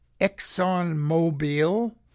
ExxonMobil